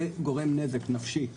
זה גורם נזק נפשי ורגשי,